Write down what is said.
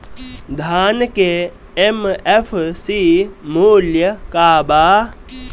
धान के एम.एफ.सी मूल्य का बा?